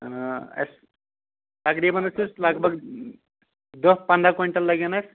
اسہِ تقریباً حظ چھُ لگ بگ دہ پنٛداہ کۄینٛٹل لگن اسہِ